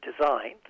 designed